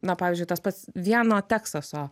na pavyzdžiui tas pats vieno teksaso